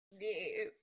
Yes